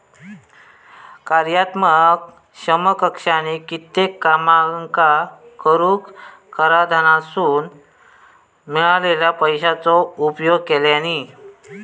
कार्यात्मक समकक्षानी कित्येक कामांका करूक कराधानासून मिळालेल्या पैशाचो उपयोग केल्यानी